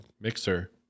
mixer